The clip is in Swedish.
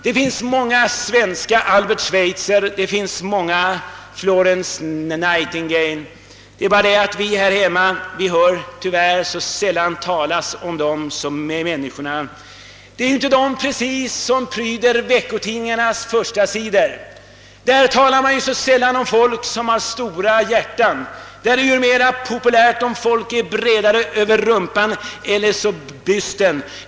Det finns många svenska Albert Schweitzer, det finns många Florence Nightingale, det är bara det att vi här hemma så sällan hör talas om dem. Det är inte precis de som pryder veckotidningarnas första sidor. Där talas så sällan om människor som har stora hjärtan — det är mera populärt med dem som är breda över rumpan eller bysten.